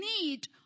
need